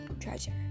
treasure